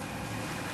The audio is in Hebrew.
נתקבלה.